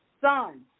Son